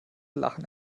lachen